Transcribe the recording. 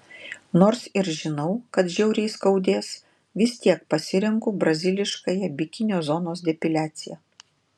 nors ir žinau kad žiauriai skaudės vis tiek pasirenku braziliškąją bikinio zonos depiliaciją